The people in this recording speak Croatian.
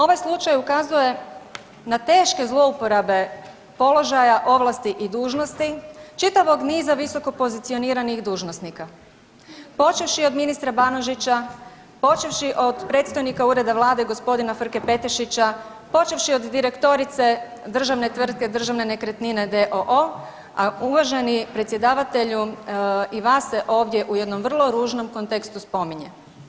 Ovaj slučaj ukazuje na teške zlouporabe položaja, ovlasti i dužnosti čitavog niza visokopozicioniranih dužnosnika počevši od ministra Banožića, počevši od predstojnika Ureda vlade gospodina Frke Petešića, počevši od direktorice državne tvrtke Državne nekretnine d.o.o., a uvaženi predsjedavatelju i vas se ovdje u jednom vrlo ružnom kontekstu spominje.